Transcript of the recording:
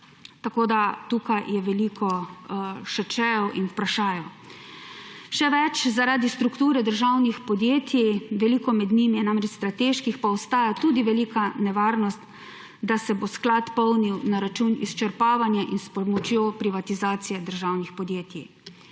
tako da tukaj je še veliko čejev in vprašajev. Še več, zaradi strukture državnih podjetij, veliko med njimi je namreč strateških, pa ostaja tudi velika nevarnost, da se bo sklad polnil na račun izčrpavanja in s pomočjo privatizacije državnih podjetij.